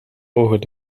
ogen